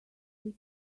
they